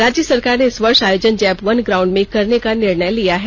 राज्य सरकार ने इस वर्ष आयोजन जैप वन ग्राउंड में करने का निर्णय लिया है